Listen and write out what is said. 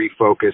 refocus